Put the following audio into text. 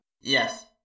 Yes